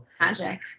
Magic